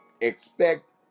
expect